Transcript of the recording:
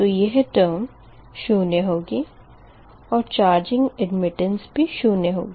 तो यह टर्म शून्य होगी और चार्जिंग एडमिट्टांस भी शून्य होगी